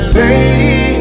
lady